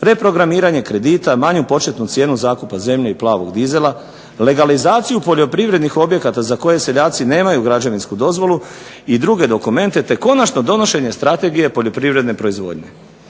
reprogramiranje kredita, manju početnu cijenu zakupa zemlje i plavog dizela, legalizaciju poljoprivrednih objekata za koje seljaci nemaju građevinsku dozvolu i druge dokumente, te konačno donošenje strategije poljoprivredne proizvodnje.